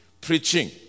preaching